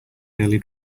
nearly